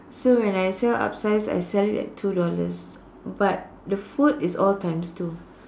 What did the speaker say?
so when I sell upsize I sell it at two dollars but the food is always times two